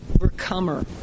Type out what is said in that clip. Overcomer